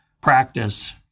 practice